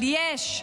אבל יש: